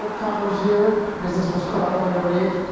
covers here because this was chrome underneath.